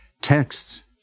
texts